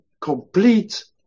complete